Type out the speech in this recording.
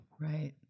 Right